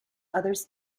others